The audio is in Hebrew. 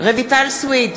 רויטל סויד,